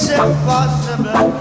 impossible